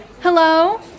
Hello